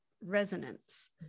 resonance